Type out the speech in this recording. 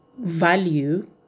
value